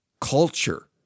culture